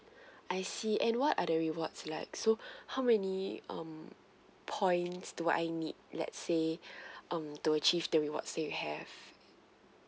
I see and what are the rewards like so how many um points do I need let's say um to achieve the rewards that you have